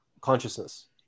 consciousness